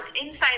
inside